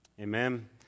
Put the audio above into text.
Amen